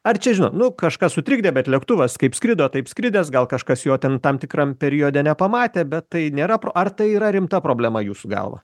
ar čia žinot nu kažkas sutrikdė bet lėktuvas kaip skrido taip skridęs gal kažkas jo ten tam tikram periode nepamatė bet tai nėra pro ar tai yra rimta problema jūsų galva